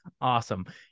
Awesome